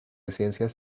ciencias